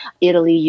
Italy